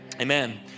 Amen